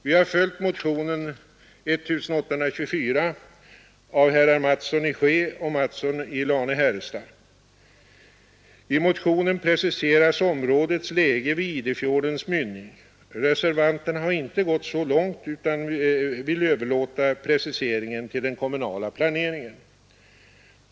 Vi har följt motionen 1824 av herrar Mattsson i Skee och Mattsson i Lane-Herrestad. I motionen preciseras områdets läge vid Idefjordens mynning. Reservanterna har inte gått så långt utan vill överlåta preciseringen till den kommunala planeringen.